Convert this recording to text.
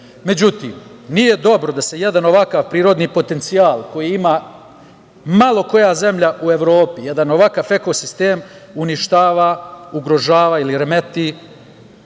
Pešteri.Međutim, nije dobro da se jedan ovakav prirodni potencijal, koji ima malo koja zemlja u Evropi, jedan ovakav eko-sistem, uništava, ugrožava ili remeti